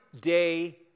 day